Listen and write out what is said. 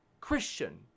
Christian